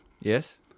Yes